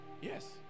Yes